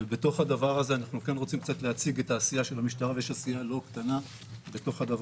ופה אנחנו מדברים איך אנחנו מקבלים את ההחלטות לגבי הדבר